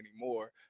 anymore